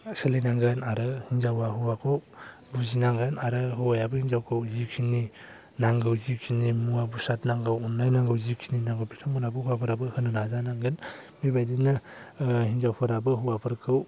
सोलिनांगोन आरो हिनजावआ हौवाखौ बुजिनांगोन आरो हौवायाबो हिनजावखौ जिखिनि नांगौ जिखिनि मुवा बेसाद नांगौ अननाय नांगौ जिखिनि नांगौ बिथांमोनहाबो हौवाफोराबो होनो नाजानांगोन बेबायदिनो हिनजावफोराबो हौवाफोरखौ